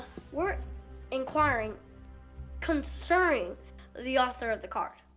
we're inquiring concerning the author of the card?